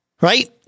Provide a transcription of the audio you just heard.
Right